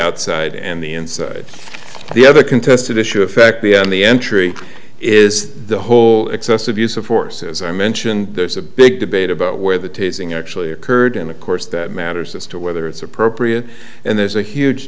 outside and the inside the other contested issue affect the on the entry is the whole excessive use of force as i mentioned there's a big debate about where the tasing actually occurred in the course that matters as to whether it's appropriate and there's a huge